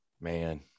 Man